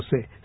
say